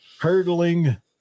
hurdling